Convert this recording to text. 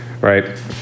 right